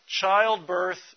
Childbirth